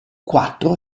quattro